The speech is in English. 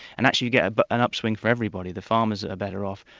and actually you get but an upswing for everybody the farmers are better off,